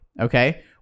Okay